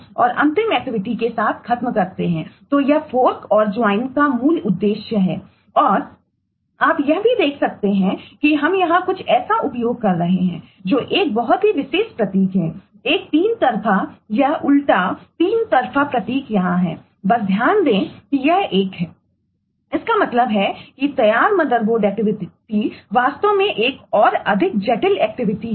और आप यह भी देख सकते हैं कि हम यहां कुछ ऐसा उपयोग कर रहे हैं जो एक बहुत ही विशेष प्रतीक है एक तीन तरफ़ा यह उल्टा तीन तरफ़ा प्रतीक यहाँ है बस ध्यान दें कि यह एक इसका मतलब है कि तैयार मदरबोर्ड की तरह है